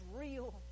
real